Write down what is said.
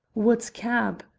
what cab?